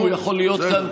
אם הוא יכול להיות כאן,